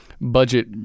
budget